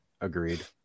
Agreed